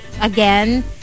again